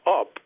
up